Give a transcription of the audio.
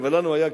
אבל לנו היה קרפ,